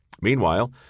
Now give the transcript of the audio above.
meanwhile